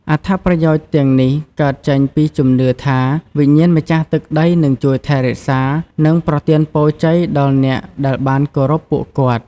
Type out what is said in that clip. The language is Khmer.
អត្ថប្រយោជន៍ទាំងនេះកើតចេញពីជំនឿថា វិញ្ញាណម្ចាស់ទឹកដីនឹងជួយថែរក្សា និងប្រទានពរជ័យដល់អ្នកដែលបានគោរពពួកគាត់។